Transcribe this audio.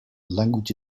language